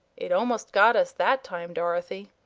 it almost got us that time, dorothy.